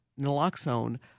Naloxone